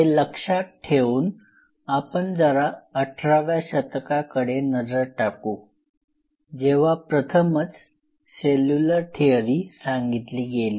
हे लक्षात ठेवून आपण जरा 18 व्या शतकाकडे नजर टाकू जेव्हा प्रथमच सेल्युलर थेअरी सांगितली गेली